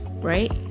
right